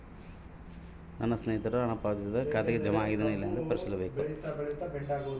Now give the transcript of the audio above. ನನ್ನ ಸ್ನೇಹಿತರು ಹಣ ಪಾವತಿಸಿದಾಗ ಹೆಂಗ ಪರಿಶೇಲನೆ ಮಾಡಬೇಕು?